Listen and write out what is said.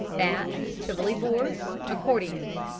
bats, tivoli-boards, accordions.